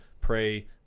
pray